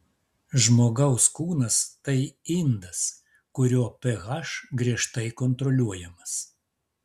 žmogaus kūnas tai indas kurio ph griežtai kontroliuojamas